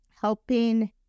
helping